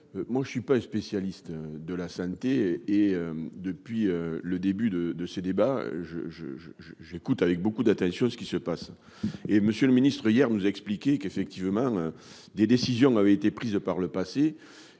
moi je ne suis pas un spécialiste de la santé, et depuis le début de de ces débats, je, je, je, je, j'écoute avec beaucoup d'attention ce qui se passe et monsieur le ministre, hier, nous a expliqué qu'effectivement des décisions avaient été prises par le passé